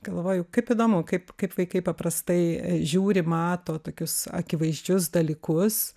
galvoju kaip įdomu kaip kaip vaikai paprastai žiūri mato tokius akivaizdžius dalykus